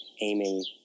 aiming